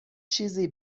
چیزی